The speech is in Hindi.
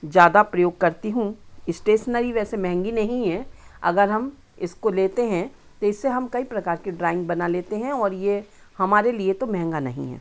ज़्यादा प्रयोग करती हूँ इस्टेसनरी वैसे महंगी नहीं है अगर हम इसको लेते हैं तो इससे हम कई प्रकार के ड्राइंग बना लेते हैं और यह हमारे लिए तो महंगा नहीं है